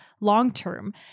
long-term